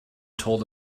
told